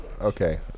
Okay